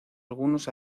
algunos